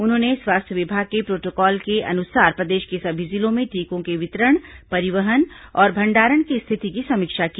उन्होंने स्वास्थ्य विभाग के प्रोटोकॉल के अनुसार प्रदेश के सभी जिलों में टीकों के वितरण परिवहन और भंडारण की स्थिति की समीक्षा की